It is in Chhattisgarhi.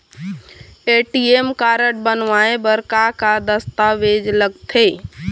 ए.टी.एम कारड बनवाए बर का का दस्तावेज लगथे?